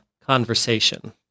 conversation